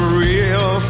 real